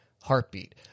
Heartbeat